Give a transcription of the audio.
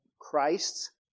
Christ's